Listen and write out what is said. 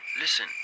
listen